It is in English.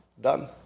Done